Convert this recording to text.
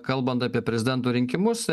kalbant apie prezidento rinkimus